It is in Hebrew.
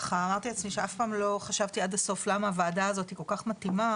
אמרתי לעצמי שאף פעם לא חשבתי עד הסוף למה הוועדה הזאת כל כך מתאימה,